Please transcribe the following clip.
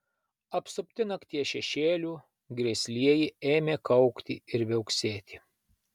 apsupti nakties šešėlių grėslieji ėmė kaukti ir viauksėti